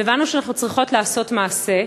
והבנו שאנחנו צריכות לעשות מעשה.